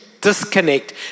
disconnect